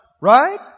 Right